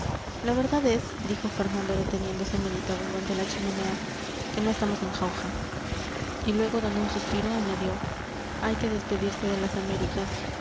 la verdad es dijo fernando deteniéndose meditabundo ante la chimenea que no estamos en jauja y luego dando un suspiro añadió hay que despedirse de las américas